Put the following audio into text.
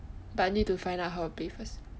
but I need to find out how to play first